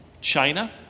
China